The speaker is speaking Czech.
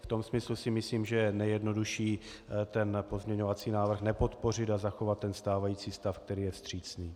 V tom smyslu si myslím, že je nejjednodušší ten pozměňovací návrh nepodpořit a zachovat stávající stan, který je vstřícný.